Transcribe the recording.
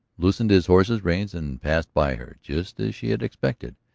loosened his horse's reins, and passed by her. just as she had expected,